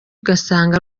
ugasanga